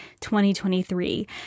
2023